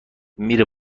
میره